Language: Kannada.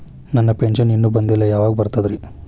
ನನ್ನ ಪೆನ್ಶನ್ ಇನ್ನೂ ಬಂದಿಲ್ಲ ಯಾವಾಗ ಬರ್ತದ್ರಿ?